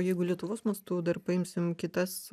jeigu lietuvos mastu dar paimsim kitas